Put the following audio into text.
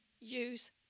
Use